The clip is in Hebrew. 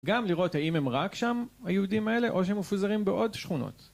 גם לראות האם הם רק שם, היהודים האלה, או שהם מפוזרים בעוד שכונות.